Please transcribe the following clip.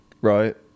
right